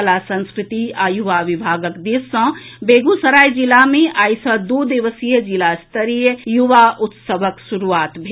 कला संस्कृति आ युवा विभागक दिस सॅ बेगूसराय जिला मे आइ सॅ दू दिवसीय जिला स्तरीय युवा उत्सवक शुरूआत भेल